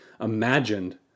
imagined